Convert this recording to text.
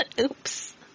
Oops